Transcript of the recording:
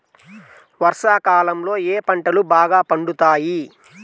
వర్షాకాలంలో ఏ పంటలు బాగా పండుతాయి?